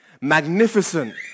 magnificent